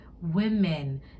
women